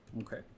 Okay